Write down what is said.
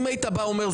אם היית בא ואומר,